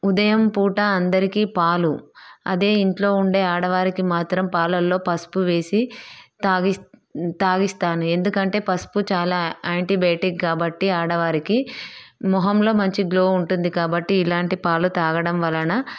ఉదయం పూట అందరికీ పాలు అదే ఇంట్లో ఉండే ఆడవారికి మాత్రం పాలలో పసుపు వేసి తాగిస్తా తాగిస్తాను ఎందుకంటే పసుపు చాలా యాంటీబయాటిక్ కాబట్టి ఆడవారికి మొహంలో మంచి గ్లో ఉంటుంది కాబట్టి ఇలాంటి పాలు తాగడం వలన